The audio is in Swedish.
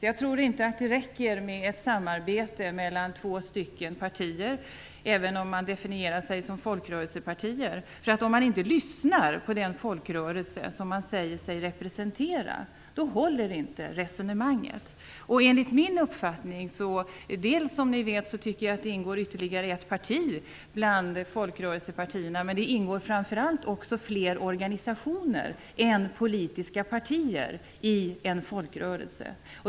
Jag tror inte att det räcker med ett samarbete mellan två partier, även om de definierar sig som folkrörelsepartier. Om man inte lyssnar på den folkrörelse som man säger sig representera håller inte det resonemanget. Jag tycker att det ingår ytterligare ett parti bland folkrörelsepartierna, men det ingår framför allt också fler organisationer än politiska partier i en folkrörelse.